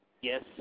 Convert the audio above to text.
Yes